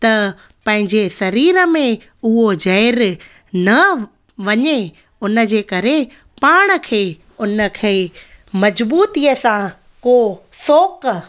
त पैंजे शरीर में उहो ज़हर न वञे उन जे करे पाण खे उन खे मजबूतीअ सां को सोक